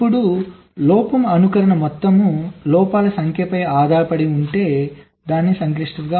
ఇప్పుడు లోపం అనుకరణ మొత్తం లోపాల సంఖ్యపై ఆధారపడి ఉంటే సంక్లిష్టత